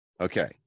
Okay